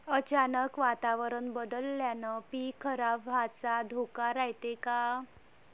अचानक वातावरण बदलल्यानं पीक खराब व्हाचा धोका रायते का?